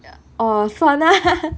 oh fun ah